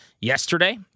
yesterday